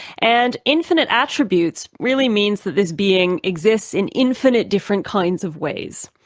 and infinite attributes really means that this being exists in infinite different kinds of ways.